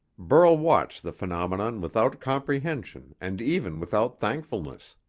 burl watched the phenomenon without comprehension and even without thankfulness.